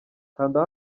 kanda